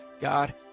God